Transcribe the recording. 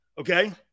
Okay